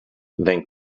then